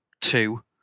two